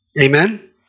Amen